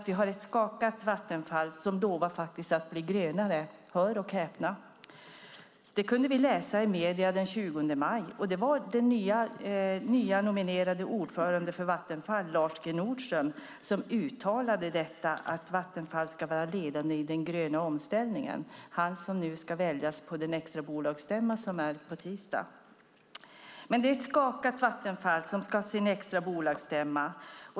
Vi har ett skakat Vattenfall som lovar att bli grönare - hör och häpna! Det kunde vi läsa i medierna den 20 maj. Det var den nya nominerade ordföranden för Vattenfall Lars G. Nordström som uttalade att Vattenfall ska vara ledande i den gröna omställningen. Det är han som nu ska väljas på den extra bolagsstämma som hålls på tisdag. Det är ett skakat Vattenfall som ska ha sin extra bolagsstämma.